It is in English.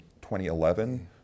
2011